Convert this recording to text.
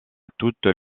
toutes